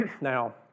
Now